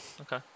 okay